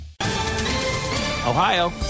Ohio